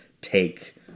take